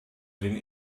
den